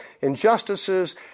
injustices